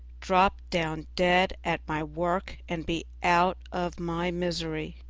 drop down dead at my work and be out of my misery,